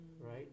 right